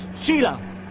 Sheila